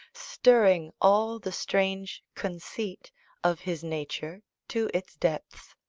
stirring all the strange conceit of his nature to its depths.